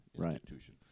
institution